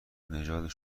نژاد